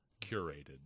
curated